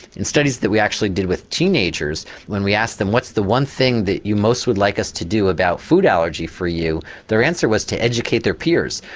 and studies that we actually did with teenagers when we asked them what's the one thing that you most would like us to do about food allergy for you their answer was to educate their peers,